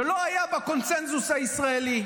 שלא היה בקונסנזוס הישראלי,